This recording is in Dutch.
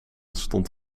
stond